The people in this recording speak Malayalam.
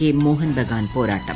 കെ മോഹൻ ബഗാൻ പോരാട്ടം